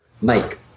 Mike